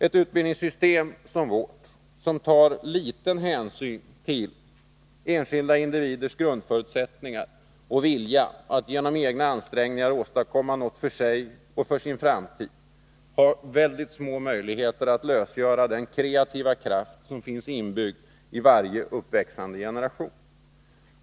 Ett utbildningssystem som vårt, som tar liten hänsyn till enskilda individers grundförutsättningar och vilja att genom egna ansträngningar åstadkomma något för sig och sin framtid, har små möjligheter att lösgöra den kreativa kraft som finns inbyggd i varje uppväxande generation.